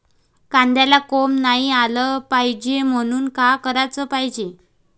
कांद्याला कोंब नाई आलं पायजे म्हनून का कराच पायजे?